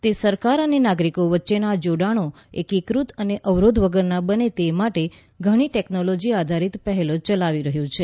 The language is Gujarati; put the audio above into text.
તે સરકાર અને નાગરિકો વચ્ચેના જોડાણો એકીકૃત અને અવરોધ વગરના બંને તે માટે ઘણી ટેકનોલોજી આધારિત પહેલો ચલાવી રહ્યું છે